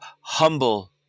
humble